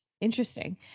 interesting